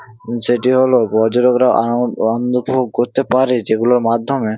সেটি হলো পর্যটকরা আনন্দ আনন্দ উপভোগ করতে পারে যেগুলোর মাধ্যমে